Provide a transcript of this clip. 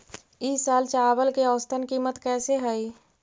ई साल चावल के औसतन कीमत कैसे हई?